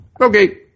Okay